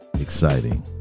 exciting